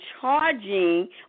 charging